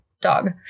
dog